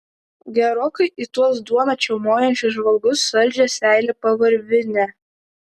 gerokai į tuos duoną čiaumojančius žvalgus saldžią seilę pavarvinę